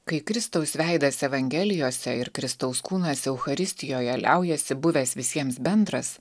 kai kristaus veidas evangelijose ir kristaus kūnas eucharistijoje liaujasi buvęs visiems bendras